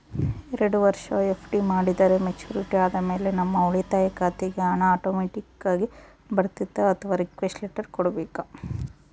ಎರಡು ವರುಷ ಎಫ್.ಡಿ ಮಾಡಿದರೆ ಮೆಚ್ಯೂರಿಟಿ ಆದಮೇಲೆ ನಮ್ಮ ಉಳಿತಾಯ ಖಾತೆಗೆ ಹಣ ಆಟೋಮ್ಯಾಟಿಕ್ ಆಗಿ ಬರ್ತೈತಾ ಅಥವಾ ರಿಕ್ವೆಸ್ಟ್ ಲೆಟರ್ ಕೊಡಬೇಕಾ?